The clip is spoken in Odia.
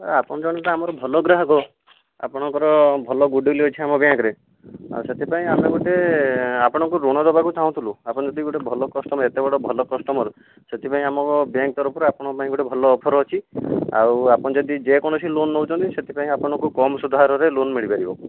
ଏ ଆପଣ ଜଣେ ତ ଆମର ଭଲ ଗ୍ରାହକ ଆପଣଙ୍କର ଭଲ ଗୁଡ଼ଉଇଲି ଅଛି ଆମ ବ୍ୟାଙ୍କରେ ଆଉ ସେଥିପାଇଁ ଆମେ ଗୋଟେ ଆପଣଙ୍କୁ ଋଣ ଦେବାକୁ ଚାହୁଁଥିଲୁ ଆପଣ ଯଦି ଗୋଟେ ଭଲ କଷ୍ଟମର ଏତେବଡ଼ ଭଲ କଷ୍ଟମର ସେଥିପାଇଁ ଆମ ବ୍ୟାଙ୍କ ତରଫରୁ ଆପଣଙ୍କ ପାଇଁ ଗୋଟେ ଭଲ ଅଫର୍ ଅଛି ଆଉ ଆପଣ ଯଦି ଯେ କୌଣସି ଲୋନ ନେଉଛନ୍ତି ସେଥିପାଇଁ ଆପଣଙ୍କୁ କମ୍ ସୁଧ ହାରରେ ଲୋନ ମିଳିପାରିବ